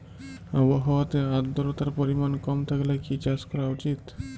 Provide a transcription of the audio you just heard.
আবহাওয়াতে আদ্রতার পরিমাণ কম থাকলে কি চাষ করা উচিৎ?